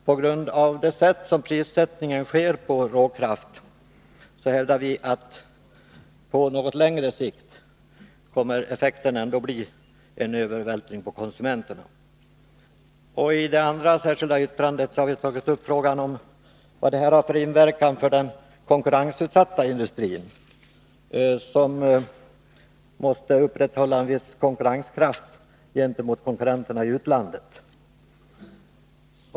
På grund av det sätt på vilket prissättningen sker i fråga om råkraft hävdar vi att följden på något längre sikt ändå blir en övervältring på konsumenterna. I det andra särskilda yttrandet har vi tagit upp frågan om vad den föreslagna skatten har för inverkan på den konkurrensutsatta industrin, som måste uppnå en viss konkurrenskraft gentemot konkurrenterna i utlandet.